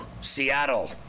Seattle